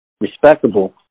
respectable